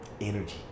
energy